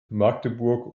magdeburg